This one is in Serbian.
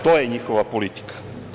To je njihova politika.